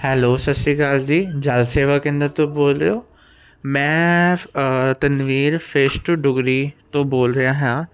hello ਸਤਿ ਸ਼੍ਰੀ ਅਕਾਲ ਜੀ ਜਲ ਸੇਵਾ ਕੇਂਦਰ ਤੋਂ ਬੋਲਦੇ ਹੋ ਮੈਂ ਤਨਵੀਰ ਫੇਸ ਟੂ ਡੁਗਰੀ ਤੋਂ ਬੋਲ ਰਿਹਾ ਹਾਂ